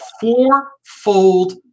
four-fold